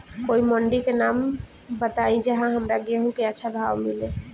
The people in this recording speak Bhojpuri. कोई मंडी के नाम बताई जहां हमरा गेहूं के अच्छा भाव मिले?